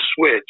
switch